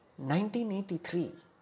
1983